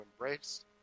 embrace